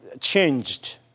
changed